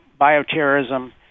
bioterrorism